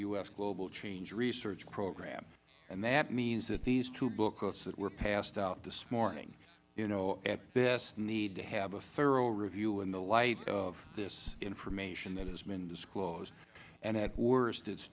u s global change research program and that means that these two booklets that were passed out this morning you know at best need to have a thorough review in the light of this information that has been disclosed and at worst it